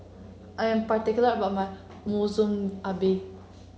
I am particular about my Monsunabe